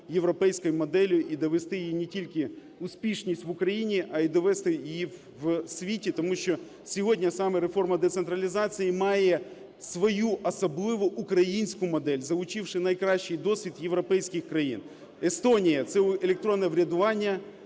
європейської моделі і довести її не тільки успішність в Україні, а й довести її в світі. Тому що сьогодні саме реформа децентралізації має свою особливу українську модель, залучивши найкращий досвід європейських країн: Естонія – це електронне врядування,